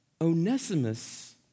Onesimus